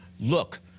Look